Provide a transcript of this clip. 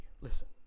Listen